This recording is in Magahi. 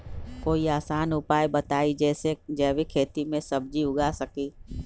कोई आसान उपाय बताइ जे से जैविक खेती में सब्जी उगा सकीं?